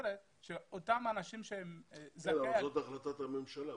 את החלטת הממשלה.